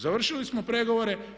Završili smo pregovore.